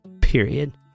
Period